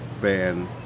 band